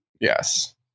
Yes